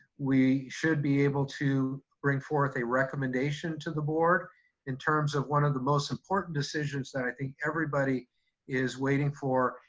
we should be able to bring forth a recommendation to the board in terms of one of the most important decisions that i think everybody is waiting for.